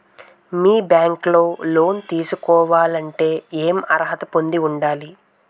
మీ bank లో loan తీసుకోవాలంటే ఎం అర్హత పొంది ఉండాలి?